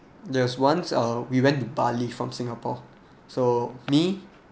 there was once uh we went to bali from singapore so me